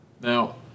Now